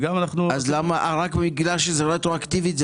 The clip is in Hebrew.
זה בא לכאן רק בגלל שזה רטרואקטיבית?